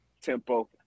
Tempo